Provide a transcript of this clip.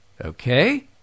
Okay